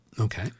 Okay